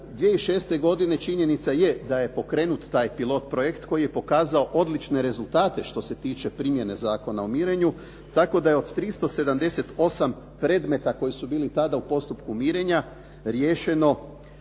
2006. godine, činjenica je da je pokrenut taj pilot projekt koji je pokazao odlične rezultate što se tiče primjene Zakona o mirenju, tako da je od 378 predmeta koji su bili tada u postupku mirenja riješeno